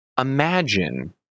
Imagine